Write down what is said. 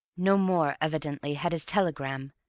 no more, evidently, had his telegram,